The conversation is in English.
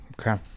Okay